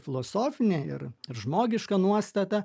filosofinė ir ir žmogiška nuostata